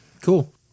Cool